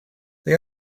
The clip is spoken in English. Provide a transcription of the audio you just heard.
they